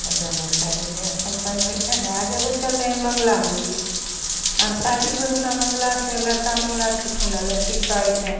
तऽ दोनोके शादी बियाह सम्पन्न होइ छन्हि आब एगो चललइ हइ मंगला मंगली आब शादी होइ गेलो मंगलासँ लड़का मंगला छखुन आओर लड़की छह अइसे